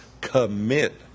commit